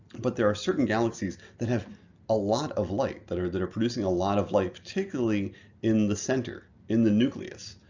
but there are certain galaxies that have a lot of light, that are that are producing a lot of light, particularly in the center, in the nucleus.